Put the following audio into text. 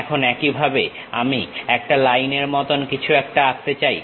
এখন একইভাবে আমি একটা লাইনের মত কিছু একটা আঁকতে চাই